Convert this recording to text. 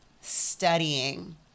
studying